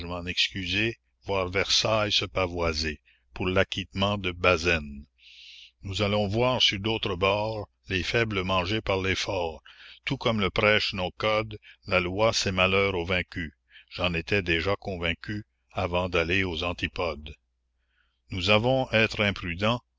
excuser voir versailles se pavoiser pour l'acquittement de bazaine nous allons voir sur d'autres bords les faibles mangés par les forts tout comme le prêchent nos codes la loi c'est malheur au vaincu j'en étais déjà convaincu avant d'aller aux antipodes nous avons êtres imprudents